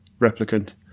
replicant